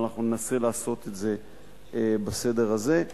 אבל אנחנו ננסה לעשות את זה בסדר הזה.